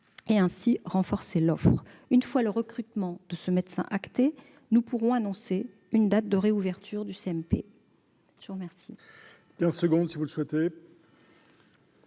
et ainsi de renforcer l'offre. Une fois le recrutement de ce médecin entériné, nous pourrons annoncer une date de réouverture du CMP. La parole